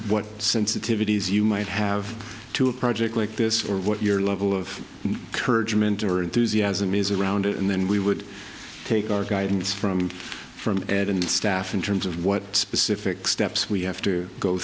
what sensitivities you might have to a project like this or what your level of courage mentor enthusiasm is around it and then we would take our guidance from from it in staff in terms of what specific steps we have to go